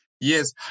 Yes